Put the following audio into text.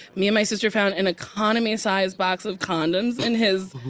me and my sister found an economy-sized box of condoms in his,